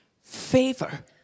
favor